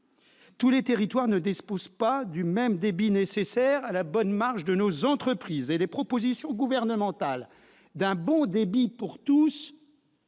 Tous les territoires ne disposent pas du même débit nécessaire à la bonne marche de nos entreprises. Les propositions gouvernementales d'« un bon débit pour tous